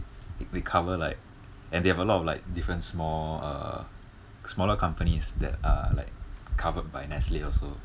we cover like and they have a lot of like different small uh smaller companies that are like covered by nestle also